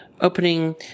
opening